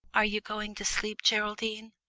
are you going to sleep, geraldine?